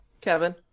kevin